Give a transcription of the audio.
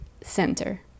center